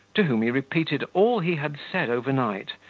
to whom he repeated all he had said overnight,